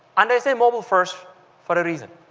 and i say mobile-first for a reason.